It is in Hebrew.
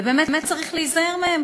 ובאמת צריך להיזהר מהם,